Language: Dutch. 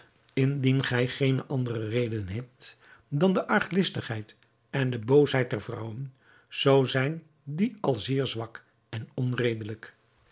indien gij geene anderen hebt dan de arglistigheid en de boosheid der vrouwen zoo zijn die al zeer zwak en onredelijk